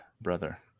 brother